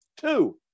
two